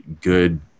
good